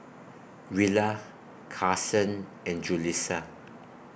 Rilla Carsen and Julissa